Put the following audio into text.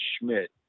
Schmidt